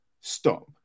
stop